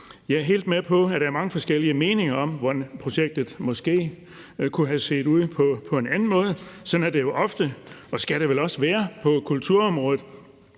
Jeg er helt med på, at der er mange forskellige meninger om, hvordan projektet måske kunne have set ud på en anden måde. Sådan er det jo ofte, og sådan skal det vel også være på kulturområdet,